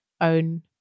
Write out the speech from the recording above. own